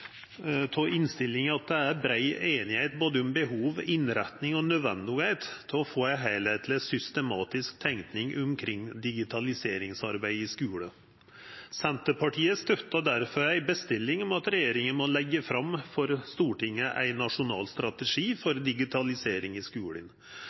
at det er brei semje om både behov, innretting og det naudsynte av å få ei heilskapleg, systematisk tenking omkring digitaliseringsarbeidet i skulen. Senterpartiet støttar difor ei bestilling om at regjeringa må leggja fram for Stortinget ein nasjonal strategi